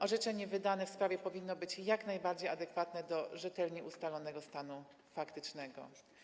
Orzeczenie wydane w sprawie powinno być jak najbardziej adekwatne do rzetelnie ustalonego stanu faktycznego.